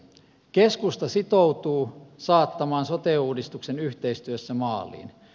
keskusta sitoutuu saattamaan sote uudistuksen yhteistyössä maaliin